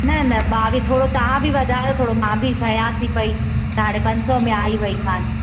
न न ॿावीह थोरो तव्हां बि वधायो थोरो मां बि कया थी पेई त हाणे पंज सौ में आई वेई कान